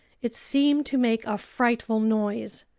it seemed to make a frightful noise.